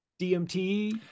dmt